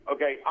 Okay